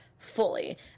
fully